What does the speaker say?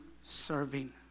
serving